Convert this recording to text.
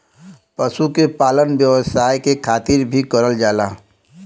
पशु के पालन व्यवसाय के खातिर भी करल जाला